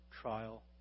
trial